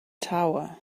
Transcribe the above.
tower